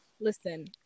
listen